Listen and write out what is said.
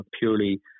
purely